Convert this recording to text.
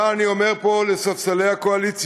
אבל אני אומר פה לספסלי הקואליציה,